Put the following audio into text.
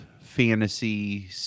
fantasy